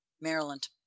Maryland